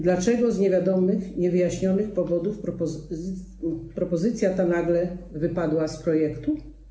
Dlaczego z niewiadomych, niewyjaśnionych powodów propozycja ta nagle wypadła z projektu?